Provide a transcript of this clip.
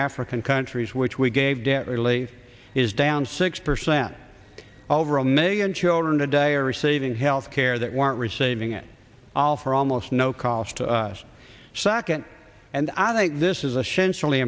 african countries which we gave debt relief is down six percent over a million children today are receiving health care that weren't receiving it all for almost no cost to second and i think this is a